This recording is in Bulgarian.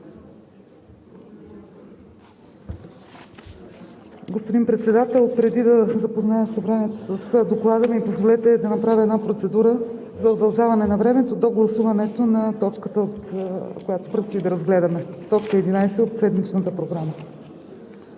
Господин Председател, преди да се запознае Събранието с Доклада, позволете да направя една процедура за удължаване на времето до гласуването на точката, която предстои да разгледаме – т. 11 от седмичната програма.